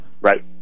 Right